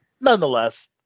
nonetheless